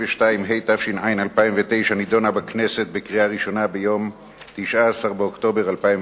נא לצרף את קולו של יושב-ראש הוועדה,